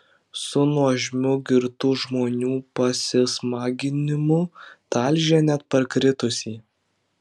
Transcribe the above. su nuožmiu girtų žmonių pasismaginimu talžė net parkritusį